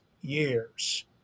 years